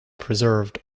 preserved